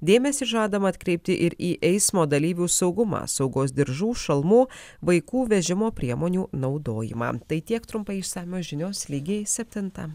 dėmesį žadama atkreipti ir į eismo dalyvių saugumą saugos diržų šalmų vaikų vežimo priemonių naudojimą tai tiek trumpai išsamios žinios lygiai septintą